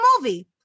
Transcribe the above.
movie